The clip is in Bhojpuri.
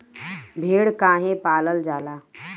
भेड़ काहे पालल जाला?